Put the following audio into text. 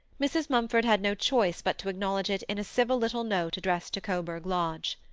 mrs. mumford had no choice but to acknowledge it in a civil little note addressed to coburg lodge.